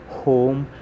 home